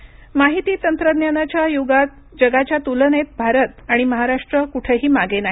robot माहिती तंत्रज्ञानाच्या युगात जगाच्या तुलनेत भारत आणि महाराष्ट्र कुठेही मागे नाही